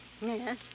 Yes